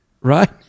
Right